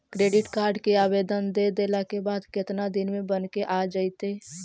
Credit card के आवेदन दे देला के बाद केतना दिन में बनके आ जइतै?